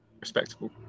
respectable